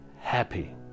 happy